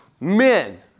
men